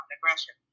aggression